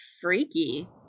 freaky